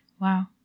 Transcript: Wow